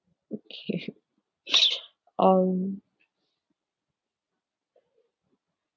okay um